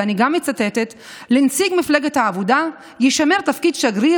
ואני שוב מצטטת: "לנציג מפלגת העבודה יישמר תפקיד שגריר